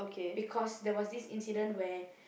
because there was this incident where